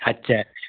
अच्छा अच्छा